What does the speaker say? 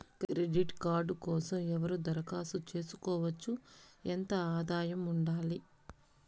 Credit card కోసం ఎవరు దరఖాస్తు చేసుకోవచ్చు? ఎంత ఆదాయం ఉండాలి?